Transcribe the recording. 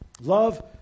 Love